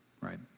right